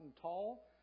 tall